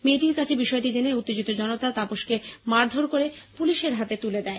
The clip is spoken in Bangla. মেয়েটির কাছে বিষয়টি জেনে উত্তেজিত লোকজন তাপসকে মারধোর করে পুলিশের হাতে তুলে দেয়